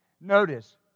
Notice